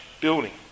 building